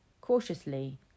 cautiously